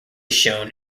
shown